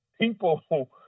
people